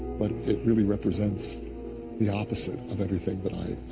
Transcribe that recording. but it really represents the opposite of everything that i